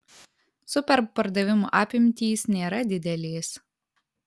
superb pardavimų apimtys nėra didelės